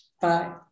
Bye